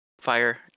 fire